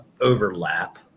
overlap